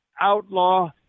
outlaw